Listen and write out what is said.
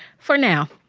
for now.